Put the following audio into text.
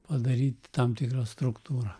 padaryt tam tikrą struktūrą